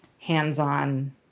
hands-on